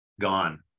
Gone